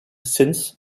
since